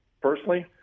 personally